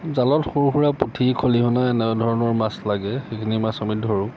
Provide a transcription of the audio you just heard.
জালত সৰু সুৰা পুঠি খলিহনা এনেধৰণৰ মাছ লাগে সেইখিনি মাছ আমি ধৰোঁ